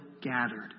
gathered